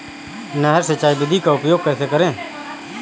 नहर सिंचाई विधि का उपयोग कैसे करें?